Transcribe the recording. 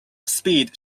speed